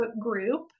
group